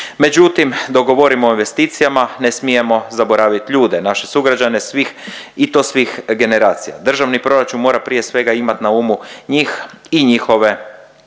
Međutim dok govorimo o investicijama, ne smijemo zaboravit ljude. Naše sugrađane, svih i to svih generacija. Državni proračun mora prije svega imat na umu njih i njihove